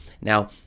Now